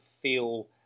feel